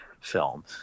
film